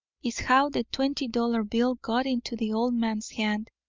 is how the twenty-dollar bill got into the old man's hand.